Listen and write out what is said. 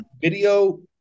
Video